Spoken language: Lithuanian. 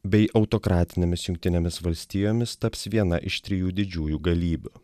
bei autokratinėmis jungtinėmis valstijomis taps viena iš trijų didžiųjų galybių